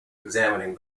examining